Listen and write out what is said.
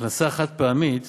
הכנסה חד-פעמית